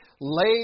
lay